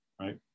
Right